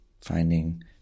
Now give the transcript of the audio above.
Finding